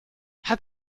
hat